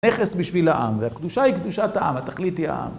נכס בשביל העם, והקדושה היא קדושת העם, התכלית היא העם.